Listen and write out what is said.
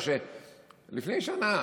לפני שנה